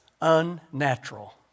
unnatural